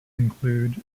include